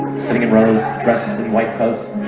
sitting in runs. dressed and in white coats